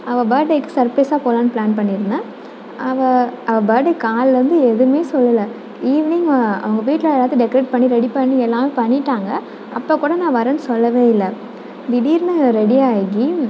அவள் பர்த் டேவுக்கு சர்பிரைஸாக போகலான் பிளான் பண்ணியிருந்தேன் அவள் அவள் பர்த் டே காலையில் இருந்து எதுவுமே சொல்லலை ஈவினிங் அவங்க வீட்டில் எல்லாத்தையும் டெக்ரேட் பண்ணி ரெடி பண்ணி எல்லாமே பண்ணிவிட்டாங்க அப்போ கூட நான் வரேன் சொல்லவே இல்லை திடீரெனு ரெடி ஆகி